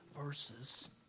verses